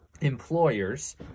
employers